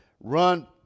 run